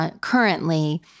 currently